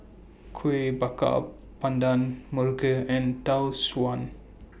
Kueh Bakar Pandan Muruku and Tau Suan